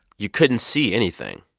you couldn't see anything.